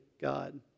God